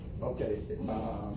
Okay